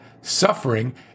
suffering